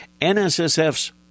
NSSF's